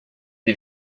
des